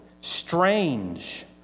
strange